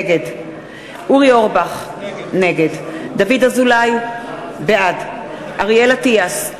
נגד אורי אורבך, נגד דוד אזולאי, בעד אריאל אטיאס,